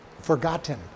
forgotten